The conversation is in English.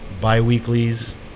bi-weeklies